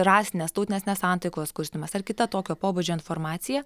rasinės tautinės nesantaikos kurstymas ar kita tokio pobūdžio informacija